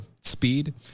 speed